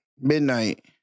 Midnight